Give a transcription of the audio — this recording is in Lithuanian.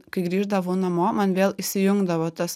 kai grįždavau namo man vėl įsijungdavo tas